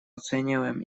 оцениваем